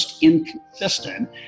inconsistent